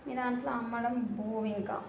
మీ దాంట్లో అమ్మడుబోవు ఇంకా